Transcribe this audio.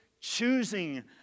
choosing